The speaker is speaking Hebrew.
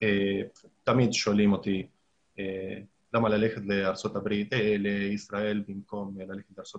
תמיד שואלים אותי למה ללכת לישראל במקום ללכת לארצות